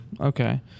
Okay